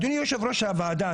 אדוני יושב-ראש הוועדה,